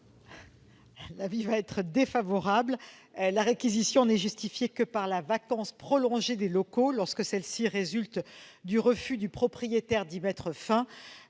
L'avis sera défavorable. La réquisition n'est justifiée que par la vacance prolongée des locaux, lorsque celle-ci résulte du refus du propriétaire d'y mettre fin.